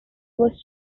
was